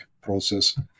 process